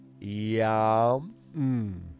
yum